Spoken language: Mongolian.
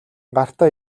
гартаа